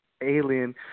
Alien